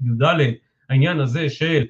י"ד, העניין הזה של